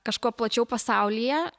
kažkuo plačiau pasaulyje